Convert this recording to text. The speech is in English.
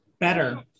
better